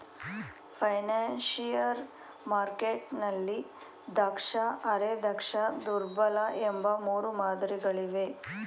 financial ಮಾರ್ಕೆಟ್ನಲ್ಲಿ ದಕ್ಷ, ಅರೆ ದಕ್ಷ, ದುರ್ಬಲ ಎಂಬ ಮೂರು ಮಾದರಿ ಗಳಿವೆ